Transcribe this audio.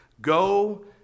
go